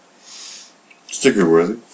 Sticker-worthy